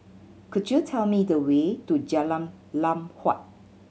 could you tell me the way to Jalan Lam Huat